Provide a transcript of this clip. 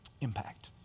impact